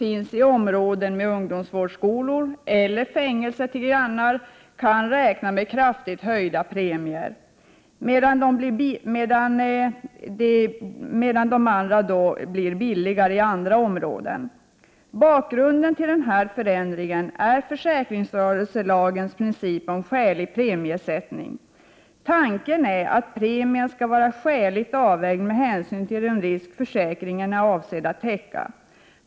1988/89:97 lor eller har fängelser till grannar kan räkna med kraftigt höjda premier, 14 april 1989 medan det blir billigare i andra områden. Bakgrunden till denna förändring är försäkringsrörelselagens princip om skälig premiesättning. Tanken är att premien skall vara skäligt avvägd med hänsyn till den risk försäkringen är avsedd att täcka.